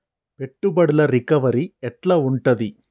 పెట్టుబడుల రికవరీ ఎట్ల ఉంటది?